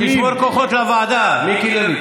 תשמור כוחות לוועדה, מיקי לוי.